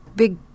Big